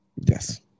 yes